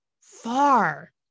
far